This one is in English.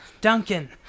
Duncan